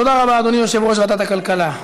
תודה רבה, אדוני יושב-ראש ועדת הכלכלה.